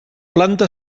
planta